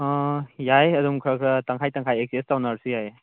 ꯑꯥ ꯌꯥꯏ ꯑꯗꯨꯝ ꯈꯔ ꯈꯔ ꯇꯪꯈꯥꯏ ꯇꯪꯈꯥꯏ ꯑꯦꯛꯆꯦꯟꯖ ꯇꯧꯅꯔꯁꯨ ꯌꯥꯏꯌꯦ